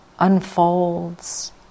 unfolds